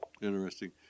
Interesting